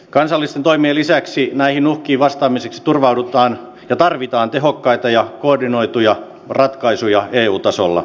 kansallisten toimien lisäksi näihin uhkiin vastaamiseksi tarvitaan tehokkaita ja koordinoituja ratkaisuja eu tasolla